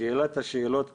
ושאלת השאלות כמובן,